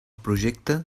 projecte